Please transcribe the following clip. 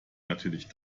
natürlich